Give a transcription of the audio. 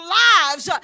lives